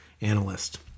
Analyst